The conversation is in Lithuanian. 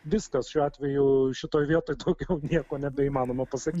viskas šiuo atveju šitoj vietoj daugiau nieko nebeįmanoma pasakyt